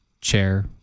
Chair